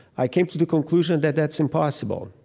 i came to the conclusion that that's impossible.